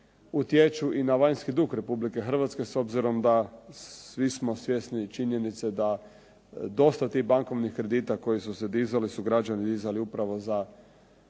utječu i na vanjski dug Republike Hrvatske, s obzirom da svi smo svjesni činjenice da dosta tih bankovnih kredita koji su se dizali su građani dizali upravo za